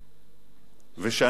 וכשאני רואה את התוכניות,